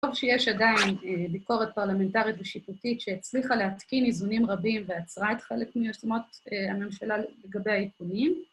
טוב, שיש עדיין ביקורת פרלמנטרית ושיפוטית שהצליחה להתקין איזונים רבים ועצרה את חלק מיוזמות הממשלה לגבי העדכונים.